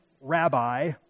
rabbi